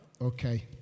Okay